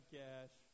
cash